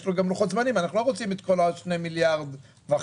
ויש לו גם לוחות זמנים אנחנו לא רוצים את כל ה-2.5 מיליארד השנה.